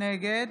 נגד